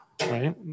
right